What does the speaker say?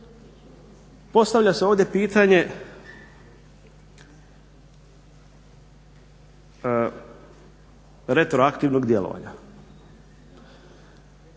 postavlja se ovdje pitanje retroaktivnog djelovanja